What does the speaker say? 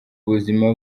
ubuzima